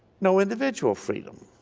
no individual freedom.